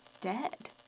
dead